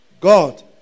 God